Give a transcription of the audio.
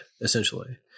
essentially